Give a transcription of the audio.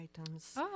items